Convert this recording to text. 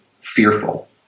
fearful